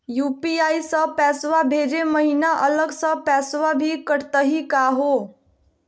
UPI स पैसवा भेजै महिना अलग स पैसवा भी कटतही का हो?